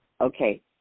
Okay